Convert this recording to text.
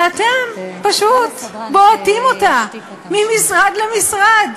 ואתם, פשוט, בועטים אותה ממשרד למשרד.